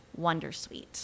Wondersuite